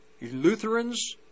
Lutherans